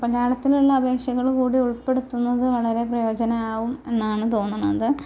മലയാളത്തിലുള്ള അപേക്ഷകള് കൂടി ഉൾപ്പെടുത്തുന്നത് വളരെ പ്രയോജനമാകും എന്നാണ് തോന്നുന്നത്